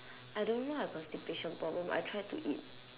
I don't know I constipation problem I try to eat